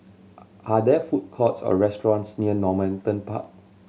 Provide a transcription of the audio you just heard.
are there food courts or restaurants near Normanton Park